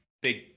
big